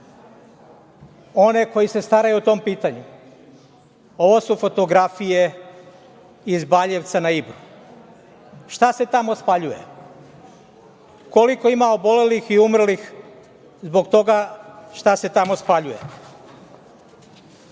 one koji se staraju o tom pitanju. Ovo su fotografije iz Baljevca na Ibru. Šta se tamo spaljuje? Koliko ima obolelih i umrlih zbog toga šta se tamo spaljuje?